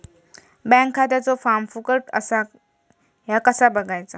Bank खात्याचो form फुकट असा ह्या कसा बगायचा?